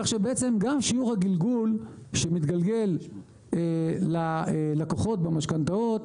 כך שבעצם גם שיעור הגלגול שמתגלגל ללקוחות במשכנתאות